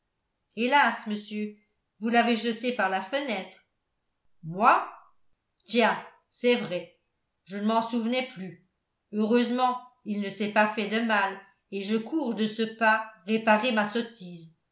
hélas monsieur vous l'avez jeté par la fenêtre moi tiens c'est vrai je ne m'en souvenais plus heureusement il ne s'est pas fait de mal et je cours de ce pas réparer ma sottise